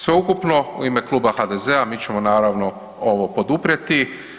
Sveukupno u ime kluba HDZ-a mi ćemo naravno ovo poduprijeti.